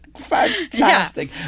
Fantastic